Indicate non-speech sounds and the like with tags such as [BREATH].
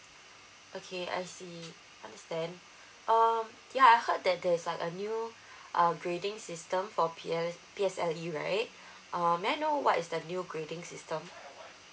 okay I see understand [BREATH] um ya I heard that there's like a new [BREATH] upgrading system for P S P_S_L_E right [BREATH] um may I know what is the new grading system